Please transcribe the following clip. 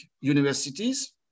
Universities